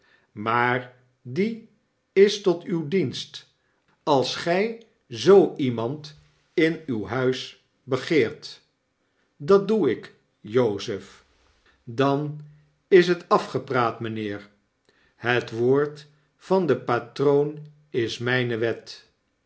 maar die is tot uw dienst als gy zoo iemand in uw huis begeert dat doe ik jozef dan is het afgepraat meneer het woord van den patroon is myne wet